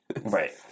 Right